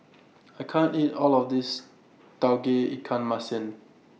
I can't eat All of This Tauge Ikan Masin